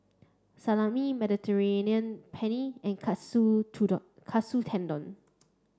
Salami Mediterranean Penne and Katsu Katsu Tendon